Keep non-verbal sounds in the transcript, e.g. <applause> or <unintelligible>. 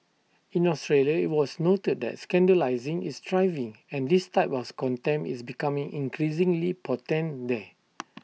in Australia IT was noted that scandalising is thriving and this type <unintelligible> contempt is becoming increasingly potent there